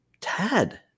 tad